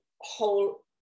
whole